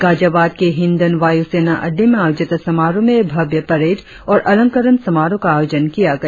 गाजियाबाद के हिंडन वायुसेना अड़डे में आयोजित समारोह में भव्य परेड और अलंकरण समारोह का आयोजन किया गया